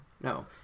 No